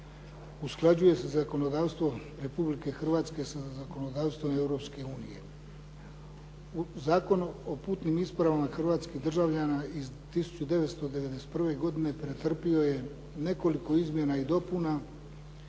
usklađuje se zakonodavstvo Republike Hrvatske sa zakonodavstvom Europske unije. U Zakonu o putnim ispravama hrvatskih državljana iz 1991. godine pretrpio je nekoliko izmjena i dopuna,